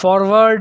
forward